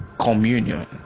communion